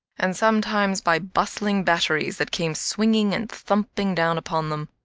and sometimes by bustling batteries that came swinging and thumping down upon them,